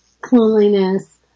cleanliness